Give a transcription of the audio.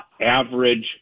average